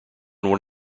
one